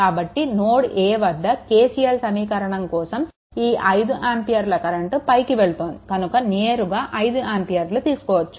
కాబట్టి node a వద్ద KCL సమీకరణం కోసం ఈ 5 ఆంపియర్ల కరెంట్ పైకి వెళ్తోంది కనుక నేరుగా 5 ఆంపియర్లు తీసుకోవచ్చు